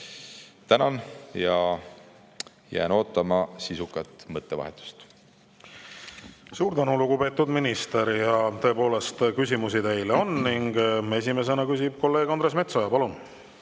Tänan! Jään ootama sisukat mõttevahetust. Suur tänu, lugupeetud minister! Tõepoolest, küsimusi teile on. Esimesena küsib kolleeg Andres Metsoja. Palun!